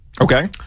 Okay